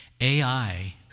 AI